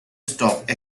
stock